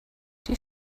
die